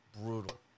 Brutal